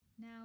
Now